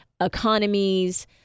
economies